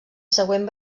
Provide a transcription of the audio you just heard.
següent